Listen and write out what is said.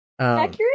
accurate